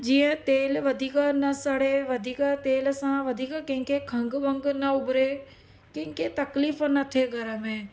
जीअं तेल वधीक न सड़े वधीक तेल सां वधीक कंहिंखे खंघि वंधि न उभिरे कंहिंखे तकलीफ़ न थिए घर में